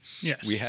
Yes